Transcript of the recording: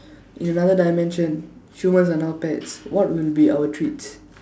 in another dimension humans are now pets what will be our treats